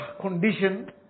condition